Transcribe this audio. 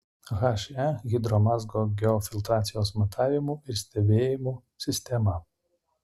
he hidromazgo geofiltracijos matavimų ir stebėjimų sistema